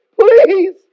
Please